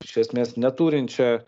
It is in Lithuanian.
iš esmės neturinčią